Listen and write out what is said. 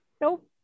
Nope